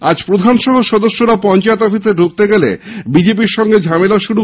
আজ প্রধান সহ সদস্যরা পঞ্চায়েত অফিসে ঢুকতে গেলে বিজেপি র সঙ্গে ঝামেলা বাধে